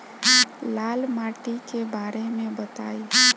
लाल माटी के बारे में बताई